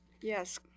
Yes